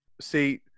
See